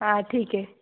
हाँ ठीक है